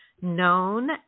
known